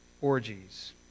orgies